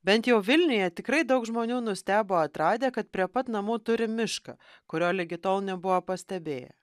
bent jau vilniuje tikrai daug žmonių nustebo atradę kad prie pat namų turi mišką kurio ligi tol nebuvo pastebėję